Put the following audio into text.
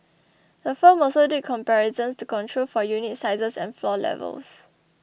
the firm also did comparisons to control for unit sizes and floor levels